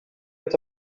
est